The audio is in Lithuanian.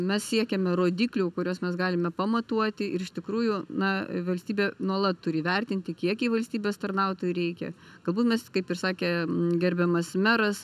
mes siekiame rodiklių kuriuos mes galime pamatuoti ir iš tikrųjų na valstybė nuolat turi įvertinti kiek jai valstybės tarnautojų reikia galbūt mes kaip ir sakė gerbiamas meras